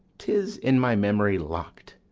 tis in my memory lock'd,